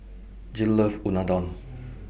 Jill loves Unadon